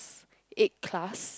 eight class